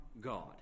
God